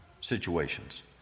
situations